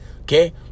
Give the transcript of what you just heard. Okay